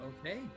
Okay